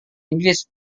inggris